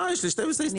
מה, יש לי 12 הסתייגויות.